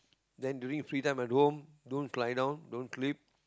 then during your free time at home don't don't lie down don't sleep